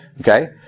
Okay